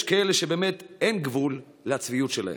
יש כאלה שבאמת אין גבול לצביעות שלהם,